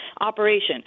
operation